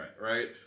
right